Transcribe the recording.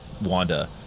Wanda